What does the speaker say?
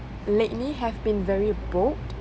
lately have been very bold